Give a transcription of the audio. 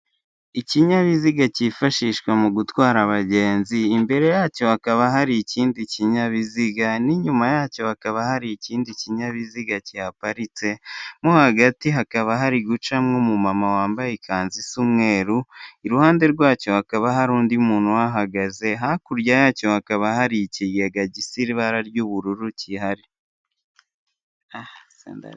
Ikinyabiziga cyifashishwa mu gutwara abagenzi, imbere yacyo hakaba hari ikindi kinyabiziga n'inyuma yacyo hakaba hari ikindi kinyabiziga cyihaparitse mo hagati hakaba hari gucamo umumama wambaye ikanzu isa umweru, iruhande rwacyo hakaba hari undi muntu uhahagaze, hakurya yacyo hakaba hari ikigega gisa ibara ry'ubururu gihari.